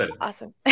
Awesome